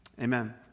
Amen